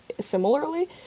similarly